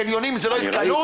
קניונים זה לא התקהלות?